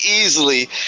easily